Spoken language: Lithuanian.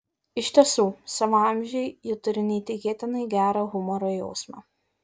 iš tiesų savo amžiui ji turi neįtikėtinai gerą humoro jausmą